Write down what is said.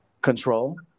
Control